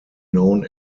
known